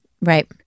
right